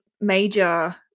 major